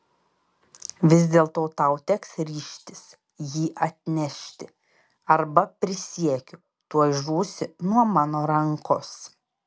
vis dėlto tau teks ryžtis jį atnešti arba prisiekiu tuoj žūsi nuo mano rankos